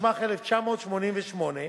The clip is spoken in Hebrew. התשמ"ח 1988,